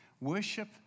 Worship